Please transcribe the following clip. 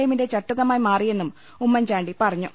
എമ്മിന്റെ ചട്ടുകമായി മാറി യെന്നും ഉമ്മൻചാണ്ടി പറഞ്ഞു